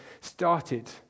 started